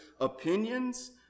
opinions